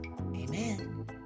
Amen